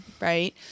right